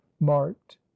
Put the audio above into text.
marked